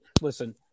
Listen